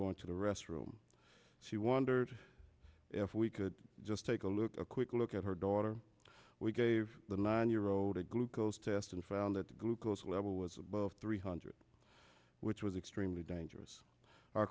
going to the restroom she wondered if we could just take a look a quick look at her daughter we gave the nine year old a glucose test and found that the glucose level was above three hundred which was extremely dangerous